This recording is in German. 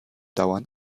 dauern